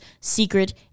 secret